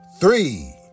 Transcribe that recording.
three